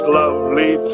lovely